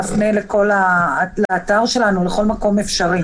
נפנה לאתר שלנו ולכל מקום אפשרי.